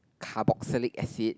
carboxylic acid